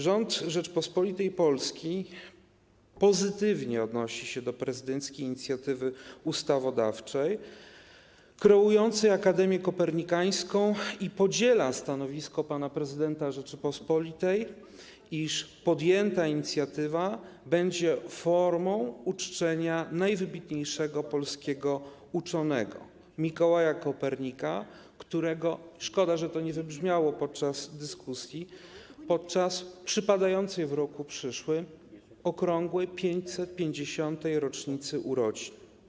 Rząd Rzeczypospolitej Polski pozytywnie odnosi się do prezydenckiej inicjatywy ustawodawczej kreującej Akademię Kopernikańską i podziela stanowisko pana prezydenta Rzeczypospolitej, iż podjęta inicjatywa będzie formą uczczenia najwybitniejszego polskiego uczonego Mikołaja Kopernika podczas - szkoda, że to nie wybrzmiało podczas dyskusji - przypadającej w przyszłym roku okrągłej 550. rocznicy urodzin.